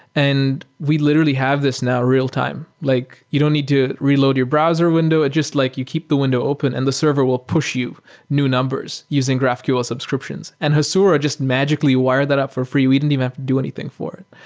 and we literally have this now real-time. like you don't need to reload your browser window. just like you keep the window open and the server will push you new numbers using graphql subscriptions, and hasura just magically wired that up for free. we didn't have to do anything for it.